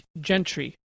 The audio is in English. Gentry